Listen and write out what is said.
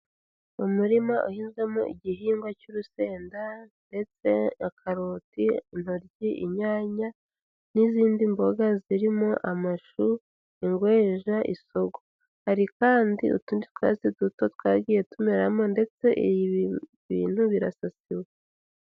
Umurima uhinzemo igihingwa cy'urusenda ndetse na karoti, intoryi, inyanya n'izindi mboga zirimo amashu, ingweja, isogo. Hari kandi utundi twatsi duto twagiye tumeramo ndetse ibi bintu birasasiwe.